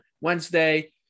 Wednesday